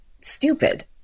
stupid